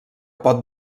pot